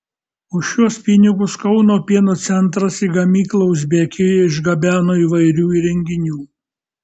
už šiuos pinigus kauno pieno centras į gamyklą uzbekijoje išgabeno įvairių įrenginių